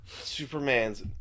Superman's